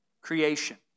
creation